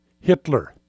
Hitler